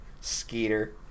skeeter